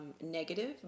Negative